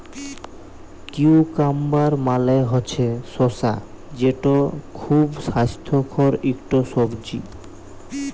cucumber মালে হছে শসা যেট খুব স্বাস্থ্যকর ইকট সবজি